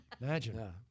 Imagine